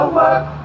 work